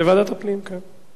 לוועדת הפנים, כן.